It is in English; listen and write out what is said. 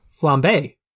flambe